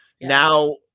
now